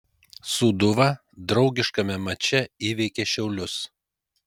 sūduva draugiškame mače įveikė šiaulius